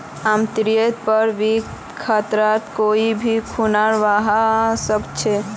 आमतौरेर पर वित्तीय खतरा कोई भी खुना हवा सकछे